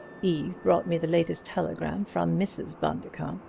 eve brought me the latest telegram from mrs. bundercombe,